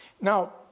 Now